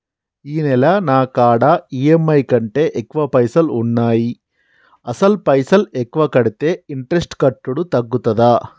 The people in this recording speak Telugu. ఈ నెల నా కాడా ఈ.ఎమ్.ఐ కంటే ఎక్కువ పైసల్ ఉన్నాయి అసలు పైసల్ ఎక్కువ కడితే ఇంట్రెస్ట్ కట్టుడు తగ్గుతదా?